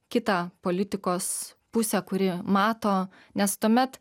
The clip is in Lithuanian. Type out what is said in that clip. kitą politikos pusę kuri mato nes tuomet